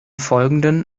folgenden